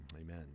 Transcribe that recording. amen